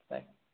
bye